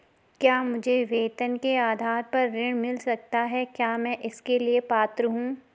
क्या मुझे वेतन के आधार पर ऋण मिल सकता है क्या मैं इसके लिए पात्र हूँ?